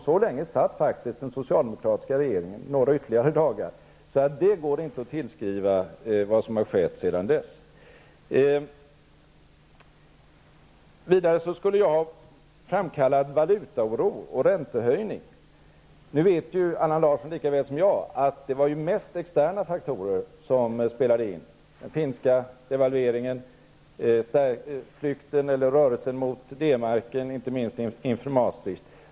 Så länge satt faktiskt den socialdemokratiska regeringen och även några ytterligare dagar. Den statistiken går inte att tillskriva det som har skett sedan dess. Vidare skulle jag ha framkallat valutaoro och räntehöjning. Allan Larsson vet lika väl som jag att det var mest externa faktorer som spelade in; den finska devalveringen, rörelsen mot D-Marken, inte minst inför Maastricht.